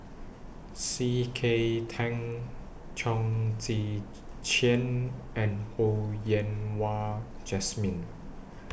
C K Tang Chong Tze Chien and Ho Yen Wah Jesmine